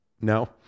No